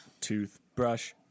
Toothbrush